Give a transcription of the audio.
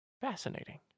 Fascinating